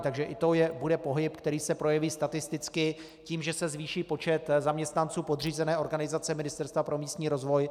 Takže i to bude pohyb, který se projeví statisticky tím, že se zvýší počet zaměstnanců podřízené organizace Ministerstva pro místní rozvoj.